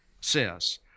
says